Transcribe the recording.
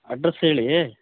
address ಹೇಳಿ